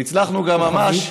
וגם ממש